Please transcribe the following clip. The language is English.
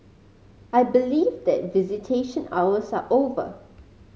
I believe that visitation hours are over